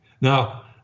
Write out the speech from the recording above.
Now